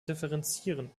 differenzieren